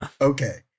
Okay